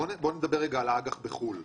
בואו נדבר על האג"ח בחו"ל.